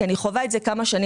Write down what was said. כי אני חווה את זה כמה שנים.